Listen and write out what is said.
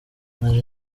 nari